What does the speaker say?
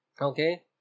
okay